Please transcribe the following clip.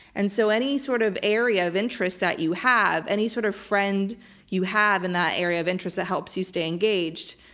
and so any sort of area of interest that you have, any sort of friend you have in that area of interest that helps you stay engaged,